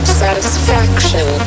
satisfaction